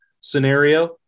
scenario